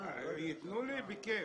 אם ייתנו לי, בכיף.